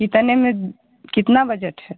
कितने में कितना बजट है